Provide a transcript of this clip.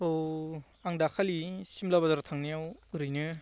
औ आं दाखालि सिमला बाजाराव थांनायाव ओरैनो